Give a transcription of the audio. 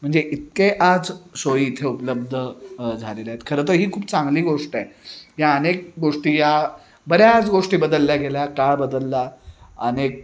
म्हणजे इतके आज सोयी इथे उपलब्ध झालेले आहेत खरं तर ही खूप चांगली गोष्ट आहे या अनेक गोष्टी या बऱ्याच गोष्टी बदलल्या गेल्या काळ बदलला अनेक